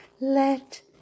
let